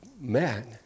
man